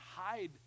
hide